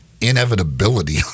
inevitability